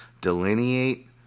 delineate